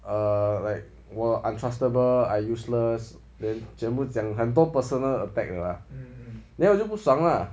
err like 我 untrustable I useless then 全部讲很多 personal attack 的 lah then 我就不爽 lah